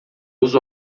uso